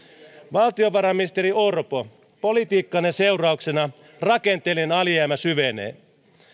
valtiovarainministeri orpo politiikkanne seurauksena rakenteellinen alijäämä syvenee